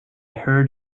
heard